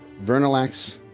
Vernalax